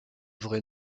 vrai